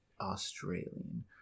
Australian